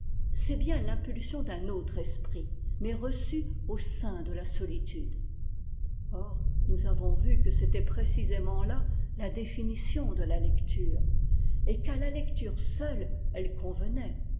c'est bien l'impulsion d'un autre esprit mais reçue au sein de la solitude or nous avons vu que c'était précisément là la définition de la lecture et qu'à la lecture seule elle convenait